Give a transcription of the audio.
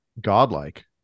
godlike